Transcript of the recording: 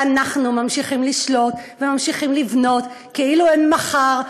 ואנחנו ממשיכים לשלוט וממשיכים לבנות כאילו אין מחר,